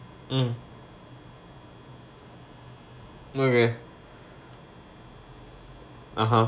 mm okay (uh huh)